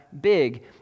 big